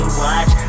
watch